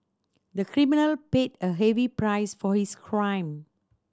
the criminal paid a heavy price for his crime